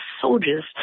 soldiers